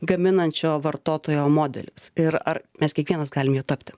gaminančio vartotojo modelis ir ar mes kiekvienas galim juo tapti